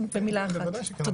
כן.